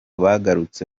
bagarutse